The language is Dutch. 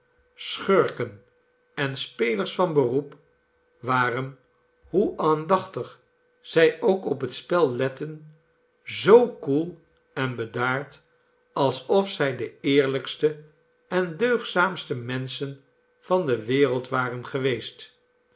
scburken en spelers van beroep waren hoe aandachtig zij ook op het spel letten zoo koel en bedaard alsof zij de eerlijkste en deugdzaamste menschen van de wereld waren geweest